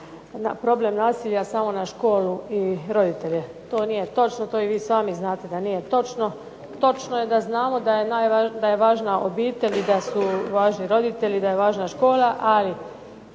problem nasilja samo na školu i roditelje. To nije točno. To i vi sami znate da nije točno. Točno je da znamo da je važna obitelj i da su važni roditelji, da je važna škola, ali